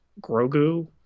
Grogu